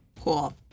Cool